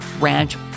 ranch